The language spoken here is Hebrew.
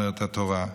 אומרת התורה,